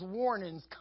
warnings